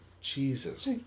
Jesus